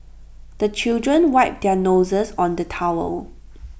the children wipe their noses on the towel